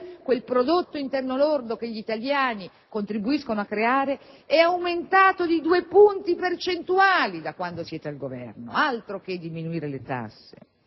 quel prodotto interno lordo che gli italiani contribuiscono a creare, è aumentato di due punti percentuali da quando siete al Governo. Altro che diminuire le tasse.